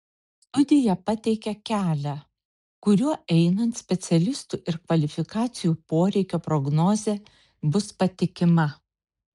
studija pateikia kelią kuriuo einant specialistų ir kvalifikacijų poreikio prognozė bus patikima